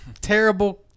terrible